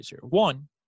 One